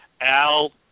Al